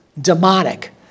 demonic